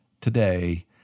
today